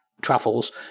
truffles